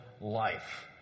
life